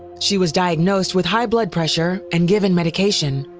she was diagnosed with high blood pressure and given medication.